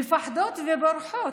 מפחדות ובורחות,